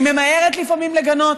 אני ממהרת לפעמים לגנות.